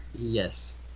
Yes